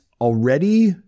already